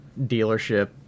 dealership